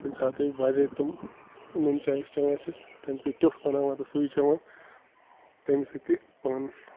کُنہِ ساتہٕ ٲسۍ باضے تِم نُن چاے یُس چٮ۪وان چھِ تَمہِ کُے ٹیوٚٹھ بناوان تہٕ سُے چٮ۪وان تَمہِ سۭتۍ تہِ پانَس